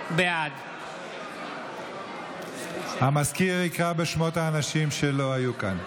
בעד המזכיר יקרא בשמות האנשים שלא היו כאן.